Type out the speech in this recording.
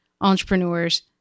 entrepreneurs